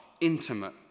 intimate